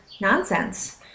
nonsense